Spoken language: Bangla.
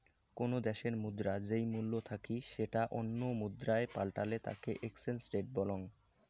কোনো দ্যাশের মুদ্রার যেই মূল্য থাকি সেটা অন্য মুদ্রায় পাল্টালে তাকে এক্সচেঞ্জ রেট বলং